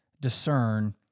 discern